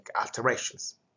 alterations